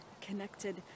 connected